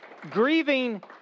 grieving